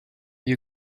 you